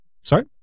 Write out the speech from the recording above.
sorry